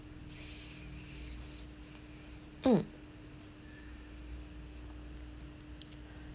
mm